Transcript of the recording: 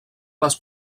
les